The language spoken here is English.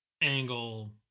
Angle